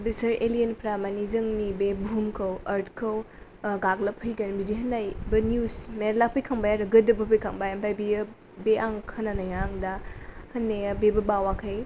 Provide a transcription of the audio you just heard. बिसोर एलियेनफ्रा माने जोंनि बे बुहुमखौ आर्थखौ गाग्लोबफैगोन बिदि होननायबो निउजबो मेरला फैखांबाय आरो गोदोबो फैखांबाय ओमफ्राय बे आं खोनानाया आं दा होननाया बेबो बावाखै